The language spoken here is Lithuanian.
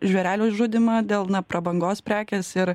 žvėrelių žudymą dėl na prabangos prekės ir